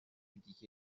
دیگه